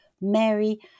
Mary